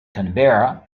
canberra